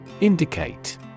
Indicate